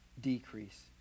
decrease